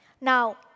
Now